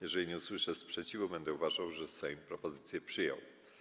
Jeżeli nie usłyszę sprzeciwu, będę uważał, że Sejm propozycję przyjął.